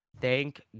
Thank